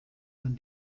man